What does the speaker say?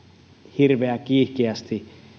hirveän kiihkeästi